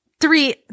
three